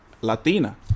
Latina